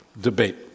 debate